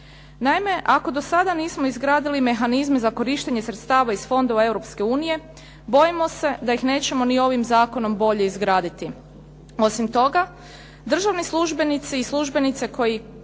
Naime, ako do sada nismo izgradili mehanizme za korištenje sredstava iz fondova Europske unije bojimo se da ih nećemo ni ovim zakonom bolje izgraditi. Osim toga, državni službenici i službenice i